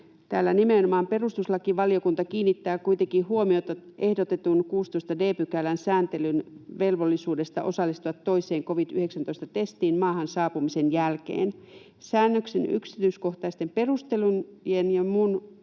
Täällä on nimenomaan: ”Perustuslakivaliokunta kiinnittää kuitenkin huomiota ehdotetun 16 d §:n sääntelyyn velvollisuudesta osallistua toiseen covid-19-testiin maahan saapumisen jälkeen. Säännöksen yksityiskohtaisten perustelujen ja muun